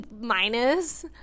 minus